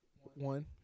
One